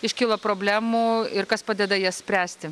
iškilo problemų ir kas padeda jas spręsti